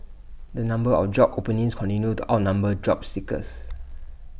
the number of job openings continued to outnumber job seekers